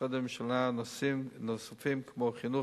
ומשרדי ממשלה נוספים כמו חינוך,